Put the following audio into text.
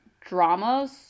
dramas